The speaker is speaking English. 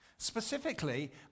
Specifically